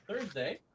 Thursday